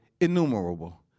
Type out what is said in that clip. innumerable